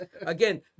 Again